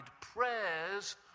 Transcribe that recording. prayers